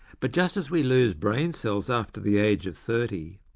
but, just as we lose brain cells after the age of thirty,